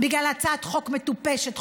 בגלל הצעת חוק מטופשת,